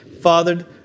fathered